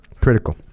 critical